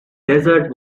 desert